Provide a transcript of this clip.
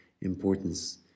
importance